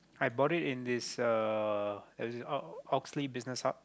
I bought it in this uh Oxley-Business-Hub